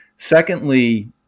Secondly